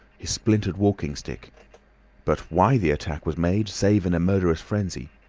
his splintered walking-stick but why the attack was made, save in a murderous frenzy,